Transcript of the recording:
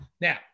Now